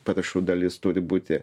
parašų dalis turi būti